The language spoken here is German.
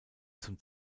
zum